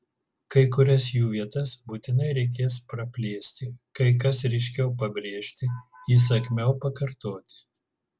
kai kurias jų vietas būtinai reikės praplėsti kai kas ryškiau pabrėžti įsakmiau pakartoti